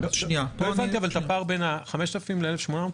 לא הבנתי את הפער בין 5,000 ל-1,800.